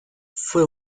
fue